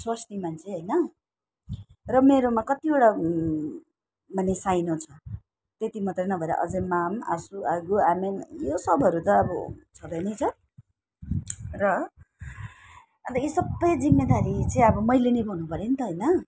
स्वास्नी मान्छे होइन र मेरोमा कत्तिवटा माने साइनो छ त्यत्ति मात्रै नभएर अझै माम आसू आगू आमेन यो सबहरू त अब छँदै नै छ र अन्त यो सबै जिम्मेदारी चाहिँ अब मैले निभाउनु पऱ्यो नि त होइन